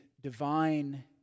divine